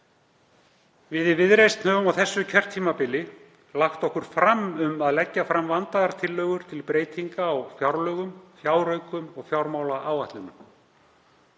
Við í Viðreisn höfum á þessu kjörtímabili lagt okkur fram um að leggja fram vandaðar tillögur til breytinga á fjárlögum, fjáraukum og fjármálaáætlunum.